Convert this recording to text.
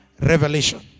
revelation